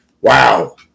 wow